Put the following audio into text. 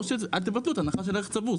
או שלא תבטלו את ההנחה של הערך הצבור.